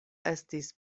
estis